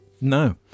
No